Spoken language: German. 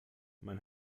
man